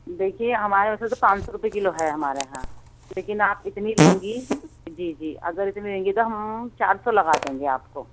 دیکھیے ہمارے یہاں ویسے تو پانچ سو روپے کیلو ہے ہمارے یہاں لیکن آپ کتنی لیں گی جی جی اگر اتنی لیں گی تو ہم چار سو لگا دیں گے آپ کو